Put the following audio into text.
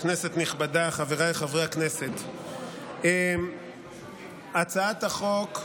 כנסת נכבדה, חבריי חברי הכנסת, הצעת החוק,